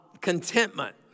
contentment